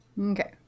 Okay